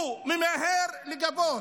למהר לגבות